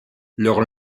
leur